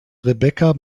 rebecca